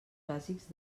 bàsics